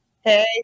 hey